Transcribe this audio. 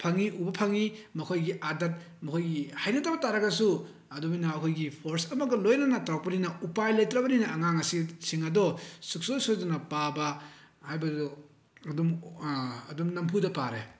ꯐꯪꯉꯤ ꯎꯕ ꯐꯪꯉꯤ ꯃꯈꯣꯏꯒꯤ ꯑꯗꯠ ꯃꯈꯣꯏꯒꯤ ꯍꯩꯅꯗꯕ ꯇꯥꯔꯒꯁꯨ ꯑꯗꯨꯃꯥꯏꯅ ꯑꯩꯈꯣꯏꯒꯤ ꯐꯣꯔꯁ ꯑꯃꯒ ꯂꯣꯏꯅꯅ ꯇꯧꯔꯛꯄꯅꯤꯅ ꯎꯄꯥꯏ ꯂꯩꯇ꯭ꯔꯕꯅꯤꯅ ꯑꯉꯥꯡ ꯑꯁꯤꯁꯤꯡ ꯑꯗꯣ ꯁꯨꯡꯁꯣꯏ ꯁꯣꯏꯗꯅ ꯄꯥꯕ ꯍꯥꯏꯕꯗꯣ ꯑꯗꯨꯝ ꯑꯗꯨꯝ ꯅꯝꯐꯨꯗ ꯄꯥꯔꯦ